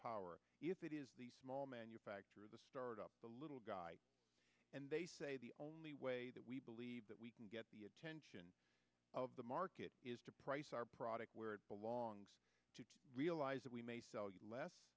power if it is small manufacture the startup the little guy and they say the only way that we believe that we can get the attention of the market is to price our product where it belongs to realize that we may sell you less